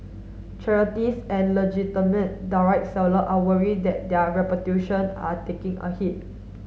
charities and legitimate direct seller are worried that their reputation are taking a hit